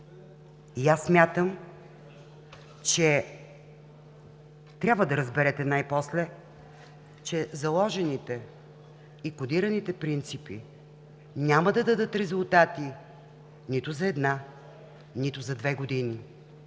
че най-после трябва да разберете, че заложените и кодираните принципи няма да дадат резултати нито за една, нито за две години.